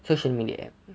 social media app